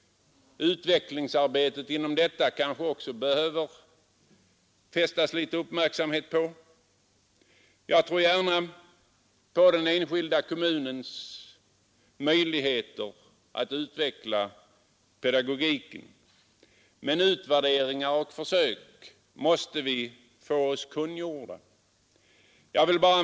Uppmärksamhet bör kanske fästas på utvecklingsarbetet inom detta område. Jag tror gärna på den enskilda kommunens möjligheter att utveckla pedagogiken, men vi måste få del av resultatet av utvärderingar och försök.